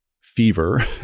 fever